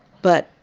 but,